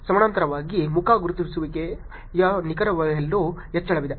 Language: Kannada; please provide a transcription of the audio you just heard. ಸಮಾನಾಂತರವಾಗಿ ಮುಖ ಗುರುತಿಸುವಿಕೆಯ ನಿಖರತೆಯಲ್ಲೂ ಹೆಚ್ಚಳವಿದೆ